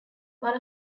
one